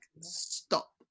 stop